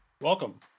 Welcome